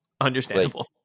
understandable